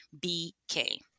B-K